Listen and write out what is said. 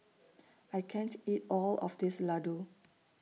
I can't eat All of This Ladoo